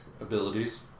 abilities